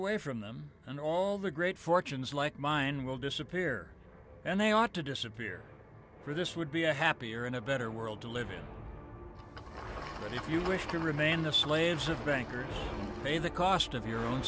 away from them and all the great fortunes like mine will disappear and they ought to disappear for this would be a happier and a better world to live in but if you wish to remain the slaves of bankers pay the cost of your own